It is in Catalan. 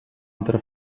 altra